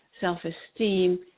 self-esteem